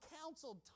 counseled